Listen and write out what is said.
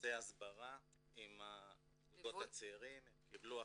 כנסי הסברה עם הזוגות הצעירים, הם קיבלו הכוונה,